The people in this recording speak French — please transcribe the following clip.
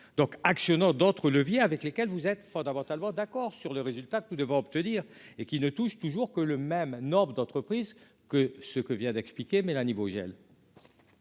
donc actionnant d'autres leviers avec lesquels vous êtes fondamentalement d'accord sur le résultat que nous devons obtenir et qui ne touche toujours que le même nombre d'entreprises que ce que vient d'expliquer Mélanie Vogel.